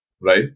right